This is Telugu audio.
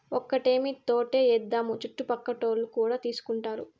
ఒక్కటేమీ తోటే ఏద్దాము చుట్టుపక్కలోల్లు కూడా తీసుకుంటారు